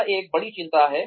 यह एक बड़ी चिंता है